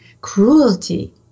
cruelty